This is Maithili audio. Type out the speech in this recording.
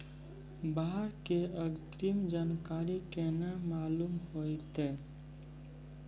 बाढ़ के अग्रिम जानकारी केना मालूम होइतै?